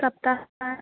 सप्ताहः